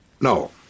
No